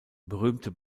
berühmte